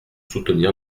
soutenir